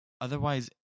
Otherwise